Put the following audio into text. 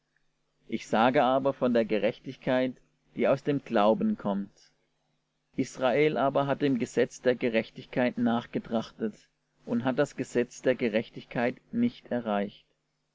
ich sage aber von der gerechtigkeit die aus dem glauben kommt israel aber hat dem gesetz der gerechtigkeit nachgetrachtet und hat das gesetz der gerechtigkeit nicht erreicht